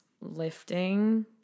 lifting